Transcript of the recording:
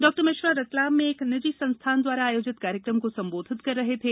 डॉ मिश्रा रतलाम में एक निजी संस्थान द्वारा आयोजित कार्यक्रम को संबोधित कर रहे थे